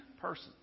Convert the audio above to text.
person